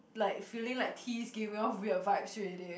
like feeling like t is giving off weird vibes already